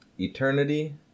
Eternity